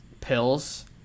pills